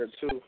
two